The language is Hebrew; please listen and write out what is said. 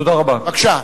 בבקשה.